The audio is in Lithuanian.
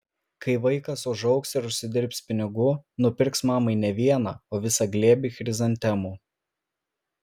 kai vaikas užaugs ir užsidirbs pinigų nupirks mamai ne vieną o visą glėbį chrizantemų